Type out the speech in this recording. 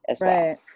Right